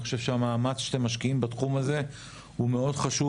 אני חושב שהמאמץ שאתם משקיעים בתחום הזה הוא מאוד חשוב